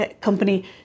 company